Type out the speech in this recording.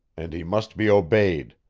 and he must be obeyed.